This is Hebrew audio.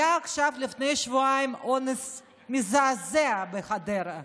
עכשיו, לפני שבועיים, היה אונס מזעזע בחדרה,